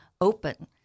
open